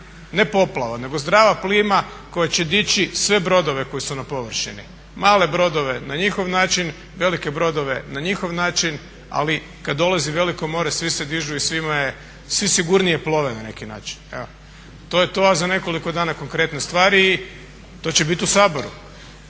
ne poplava, nego zdrava plima koja će dići sve brodove koji su na površini, male brodove na njihov način, velike brodove na njihov način, ali kada dolazi veliko more svi se dižu i svi sigurnije plove na neki način. Evo, to je to, a za nekoliko dana konkretne stvari i to će biti u Saboru.